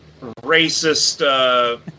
racist